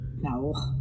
No